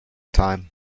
time